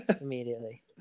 Immediately